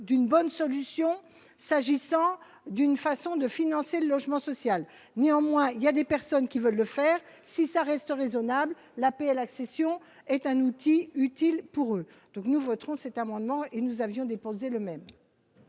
d'une bonne solution, s'agissant d'une façon de financer le logement social, néanmoins il y a des personnes qui veulent le faire si ça reste raisonnable, l'APL accession est un outil utile pour eux donc nous voterons cet amendement et nous avions déposé le même.